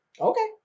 Okay